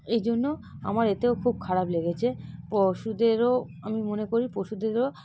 এই জন্য আমার এতেও খুব খারাপ লেগেছে পশুদেরও আমি মনে করি পশুদেরও